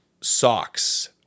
Socks